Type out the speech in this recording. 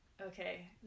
okay